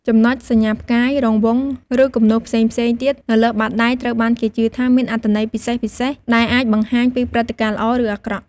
ចំណុច សញ្ញាផ្កាយ រង្វង់ ឬគំនូសផ្សេងៗទៀតនៅលើបាតដៃ ត្រូវបានគេជឿថាមានអត្ថន័យពិសេសៗ ដែលអាចបង្ហាញពីព្រឹត្តិការណ៍ល្អ ឬអាក្រក់។